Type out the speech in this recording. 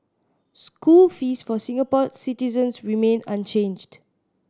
school fees for Singapore citizens remain unchanged